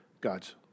God's